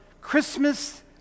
Christmas